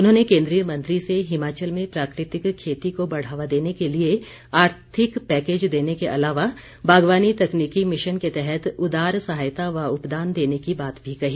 उन्होंने केन्द्रीय मंत्री से हिमाचल में प्राकृतिक खेती को बढ़ावा देने के लिए आर्थिक पैकेज देने के अलावा बागवानी तकनीकी मिशन के तहत उदार सहायता व उपदान देने की बात भी कही